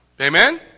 Amen